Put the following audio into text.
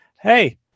hey